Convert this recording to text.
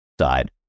side